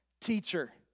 teacher